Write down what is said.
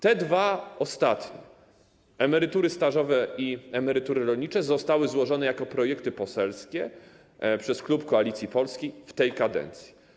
Te dwa ostatnie, dotyczące emerytur stażowych i emerytur rolniczych, zostały złożone jako projekty poselskie przez klub Koalicji Polskiej w tej kadencji.